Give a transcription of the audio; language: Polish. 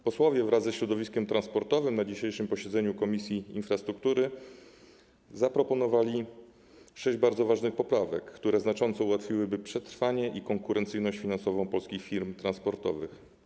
Posłowie wraz ze środowiskiem transportowym na dzisiejszym posiedzeniu Komisji Infrastruktury zaproponowali sześć bardzo ważnych poprawek, które znacząco ułatwiłyby przetrwanie i zapewniły konkurencyjność finansową polskich firm transportowych.